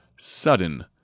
sudden